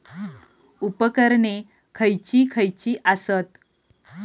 उपकरणे खैयची खैयची आसत?